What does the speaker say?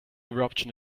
eruption